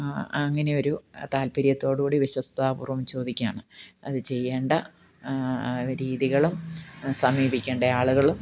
അങ്ങനെ ഒരു താല്പര്യത്തോടു കൂടി വിശ്വസ്താപൂർവ്വം ചോദിക്കുകയാണ് അത് ചെയ്യേണ്ട രീതികളും സമീപിക്കേണ്ട ആളുകളും